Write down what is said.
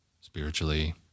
spiritually